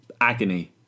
agony